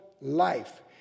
life